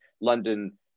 London